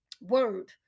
word